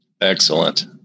Excellent